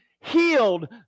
healed